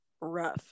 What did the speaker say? rough